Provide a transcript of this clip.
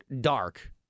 dark